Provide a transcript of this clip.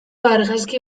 argazki